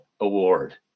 Award